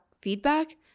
feedback